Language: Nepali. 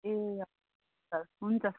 ए सर हुन्छ